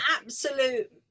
absolute